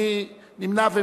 מי נמנע?